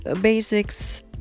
basics